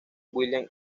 william